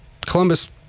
Columbus